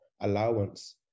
allowance